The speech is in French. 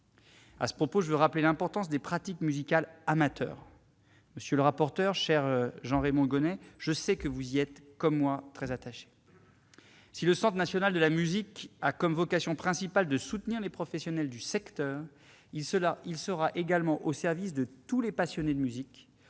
À ce propos, je veux rappeler l'importance des pratiques musicales amateurs. Monsieur le rapporteur, cher Jean-Raymond Hugonet, je sais que vous y êtes, comme moi, très attaché. Si le Centre national de la musique a comme vocation principale de soutenir les professionnels du secteur, il sera également au service de tous les passionnés de musique,